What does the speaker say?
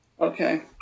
Okay